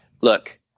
Look